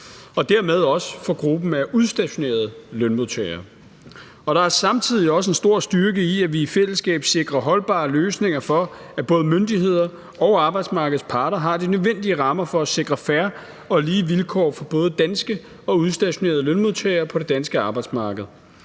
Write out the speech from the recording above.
og dermed også for gruppen af udstationerede lønmodtagere. Der er samtidig også en stor styrke i, at vi i fællesskab sikrer holdbare løsninger for, at både myndigheder og arbejdsmarkedets parter har de nødvendige rammer for at sikre fair og lige vilkår for både danske og udstationerede lønmodtagere på det danske arbejdsmarked.